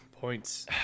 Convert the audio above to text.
points